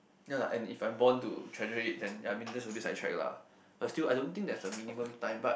ya lah and if I am born to treasure it then I mean that's a bit side track lah but still I don't think there's a minimum time but